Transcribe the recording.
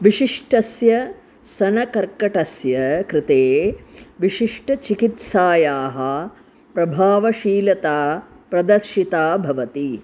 विशिष्टस्य सनकर्कटस्य कृते विशिष्टचिकित्सायाः प्रभावशीलता प्रदर्शिता भवति